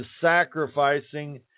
sacrificing